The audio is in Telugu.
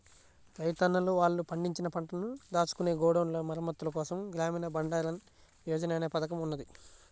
రైతన్నలు వాళ్ళు పండించిన పంటను దాచుకునే గోడౌన్ల మరమ్మత్తుల కోసం గ్రామీణ బండారన్ యోజన అనే పథకం ఉన్నది